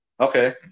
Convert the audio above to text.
Okay